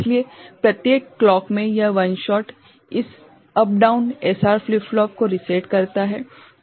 इसलिए प्रत्येक क्लॉक में यह वन शॉट इस up down S R flip flop को रीसेट करता है